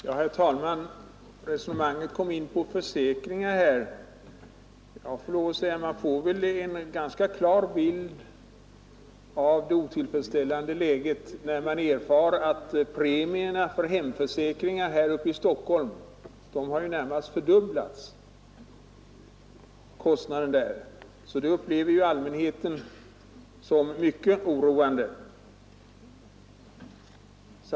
Herr talman! I det resonemang som här förts har man också kommit in på frågan oom försäkringar. Då vill jag säga att man väl får en ganska klar bild av det otillfredsställande läget, när man erfar att premierna för hemförsäkringar här i Stockholm på grund av alla inbrott har nära nog fördubblats. Detta upplever allmänheten givetvis som mycket oroande.